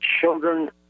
children